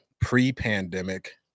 Pre-pandemic